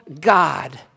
God